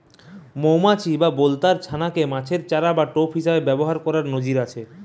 মউমাছি বা বলতার ছানা কে মাছের চারা বা টোপ হিসাবে ব্যাভার কোরার নজির আছে